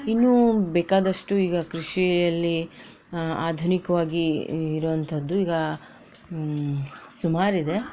ಇನ್ನೂ ಬೇಕಾದಷ್ಟು ಈಗ ಕೃಷಿಯಲ್ಲಿ ಆಧುನಿಕವಾಗಿ ಇರುವಂಥದ್ದು ಈಗ ಸುಮಾರಿದೆ